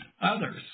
others